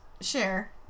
share